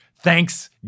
Thanks